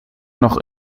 noch